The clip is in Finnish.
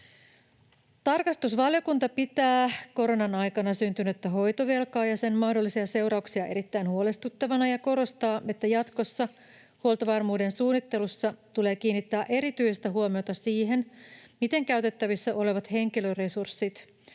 Tarkastusvaliokunta pitää koronan aikana syntynyttä hoitovelkaa ja sen mahdollisia seurauksia erittäin huolestuttavana ja korostaa, että jatkossa huoltovarmuuden suunnittelussa tulee kiinnittää erityistä huomiota siihen, miten käytettävissä olevat henkilöresurssit